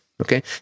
okay